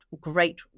great